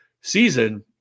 season